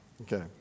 Okay